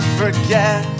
forget